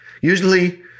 Usually